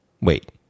wait